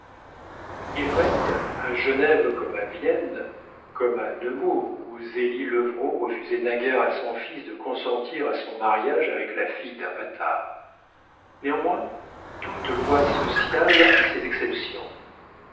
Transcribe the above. il règne à genève comme à vienne comme à nemours où zélie levrault refusait naguère à son fils de consentir à son mariage avec la fille d'un bâtard néanmoins toute loi sociale a ses exceptions